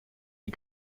die